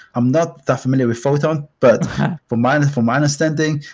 i'm not familiar with photon, but from my and from my understanding,